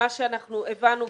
אנחנו הבנו,